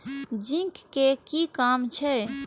Zinc के कि काम छै?